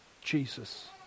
Jesus